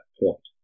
point